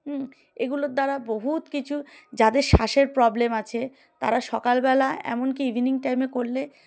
হুম এগুলোর দ্বারা বহুত কিছু যাদের শ্বাসের প্রবলেম আছে তারা সকালবেলা এমনকি ইভিনিং টাইমে করলে